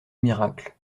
miracle